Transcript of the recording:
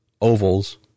ovals